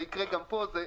זה יקרה גם פה.